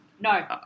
No